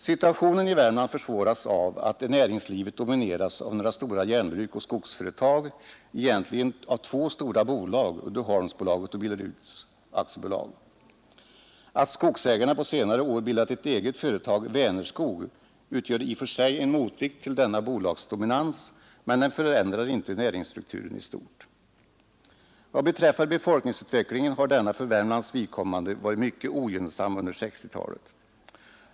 Situationen i Värmland försvåras av att näringslivet domineras av några stora järnbruk och skogsföretag — egentligen av två stora bolag, Uddeholms AB och Billeruds AB. Att skogsägarna på senare år bildat ett eget företag, Vänerskog, utgör i och för sig en motvikt till denna bolagsdominans, men den förändrar inte näringsstrukturen i stort. Vad beträffar befolkningsutvecklingen har denna för Värmlands vidkommande varit mycket ogynnsam under 1960-talet.